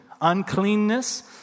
uncleanness